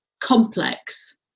complex